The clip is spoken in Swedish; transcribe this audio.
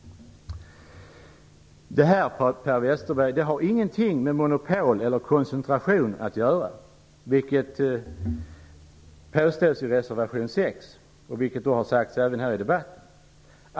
Detta, Per Westerberg, har ingenting att göra med monopol eller koncentration, vilket påstås i reservation 6 och som även har sagts här i debatten.